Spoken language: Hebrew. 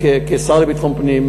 כשר לביטחון פנים,